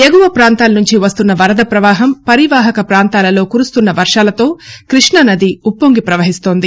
ఎగువ పాంతాల నుంచి వస్తున్న వరద ప్రవాహం పరీవాహక ప్రాంతాలలో కురుస్తున్న వర్వాలతో క్బష్టానది ఉప్పొంగి ప్రవహిస్తోంది